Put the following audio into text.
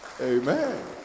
Amen